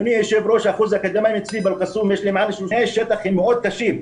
תנאי השטח הם מאוד קשים.